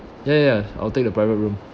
ya ya I'll take the private room